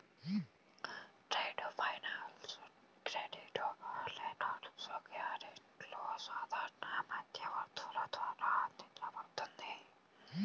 trade finance credit letters, గ్యారెంటీలు సాధారణ మధ్యవర్తుల ద్వారా అందించబడుతుంది